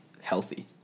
healthy